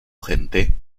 gente